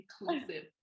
inclusive